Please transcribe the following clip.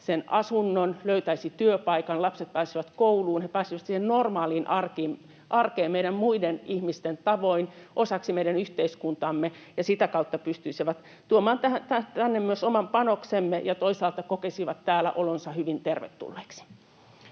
sen asunnon, löytäisi työpaikan, lapset pääsisivät kouluun, he pääsisivät siihen normaaliin arkeen meidän muiden ihmisten tavoin, osaksi meidän yhteiskuntaamme, ja sitä kautta pystyisivät tuomaan tänne myös oman panoksensa ja toisaalta kokisivat täällä olonsa hyvin tervetulleeksi.